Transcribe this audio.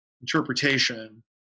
interpretation